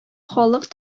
халык